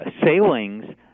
sailings